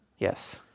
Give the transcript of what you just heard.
Yes